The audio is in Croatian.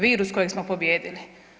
Virus kojeg smo pobijedili.